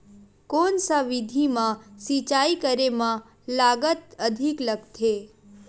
कोन सा विधि म सिंचाई करे म लागत अधिक लगथे?